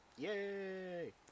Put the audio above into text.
Yay